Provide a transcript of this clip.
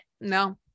no